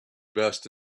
best